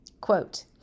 Quote